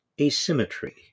asymmetry